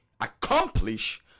accomplish